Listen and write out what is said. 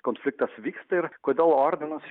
konfliktas vyksta ir kodėl ordinas